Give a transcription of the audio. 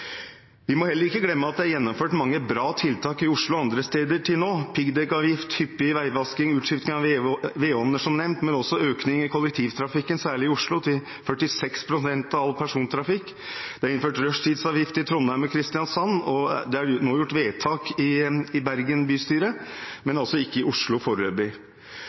Vi må heller ikke glemme at det er gjennomført mange bra tiltak i Oslo og andre steder til nå: piggdekkavgift, hyppig veivasking, utskifting av vedovner, som nevnt, men også økning i kollektivtrafikken, særlig i Oslo, til 46 pst. av all persontrafikk. Vi har innført rushtidsavgift i Trondheim og Kristiansand, og det er nå gjort vedtak om det samme i Bergen bystyre, men foreløpig ikke i Oslo.